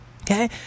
Okay